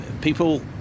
people